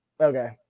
okay